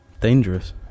Dangerous